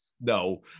No